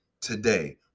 today